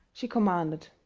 she commanded.